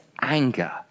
anger